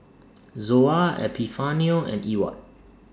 Zoa Epifanio and Ewart